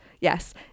yes